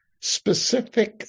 specific